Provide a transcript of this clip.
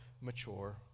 mature